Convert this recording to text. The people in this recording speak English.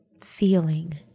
feeling